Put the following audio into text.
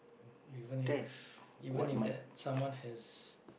even if even if that someone has